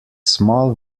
small